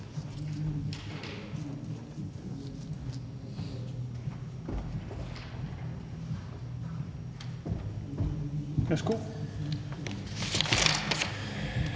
Det er nogle